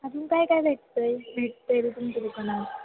अजून काय काय भेटतं आहे भेटत आहे तुमच्या दुकानात